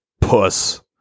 puss